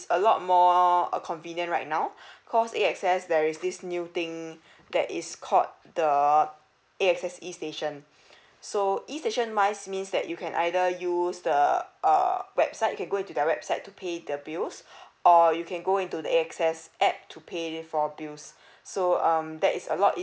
a lot more uh convenient right now cause air access there is this new thing that is called the air access E station so E station mind means that you can either use the uh website you can go into their website to pay the bills or you can go into the air access add to pay for bills so um that is a lot